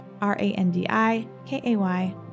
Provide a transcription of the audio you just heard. R-A-N-D-I-K-A-Y